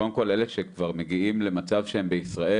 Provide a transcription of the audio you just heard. קודם כל אלה שמגיעים כבר למצב שהם בישראל